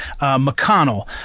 McConnell